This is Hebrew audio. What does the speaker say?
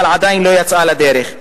אבל היא עדיין לא יצאה לדרך.